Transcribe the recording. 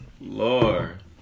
lord